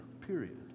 Period